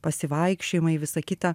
pasivaikščiojimai visa kita